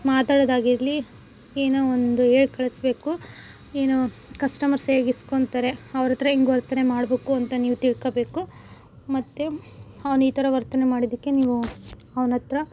ಮಾತಾಡೋದಾಗಿರ್ಲಿ ಏನೋ ಒಂದು ಹೇಳ್ಕಳಸ್ಬೇಕು ಏನೋ ಕಸ್ಟಮರ್ಸ್ ಹೇಗ್ ಇಸ್ಕೊತಾರೆ ಅವ್ರ ಹತ್ರ ಹೆಂಗ್ ವರ್ತನೆ ಮಾಡ್ಬೇಕು ಅಂತ ನೀವು ತಿಳ್ಕೊಬೇಕು ಮತ್ತು ಅವ್ನು ಈ ಥರ ವರ್ತನೆ ಮಾಡಿದ್ದಕ್ಕೆ ನೀವು ಅವ್ನ ಹತ್ರ